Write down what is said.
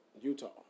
Utah